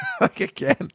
again